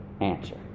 answer